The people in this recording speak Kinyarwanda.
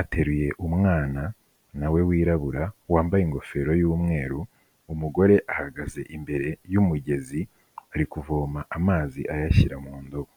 Ateruye umwana nawe wirabura, wambaye ingofero y'umweru, umugore ahagaze imbere y'umugezi, ari kuvoma amazi ayashyira mu ndobo.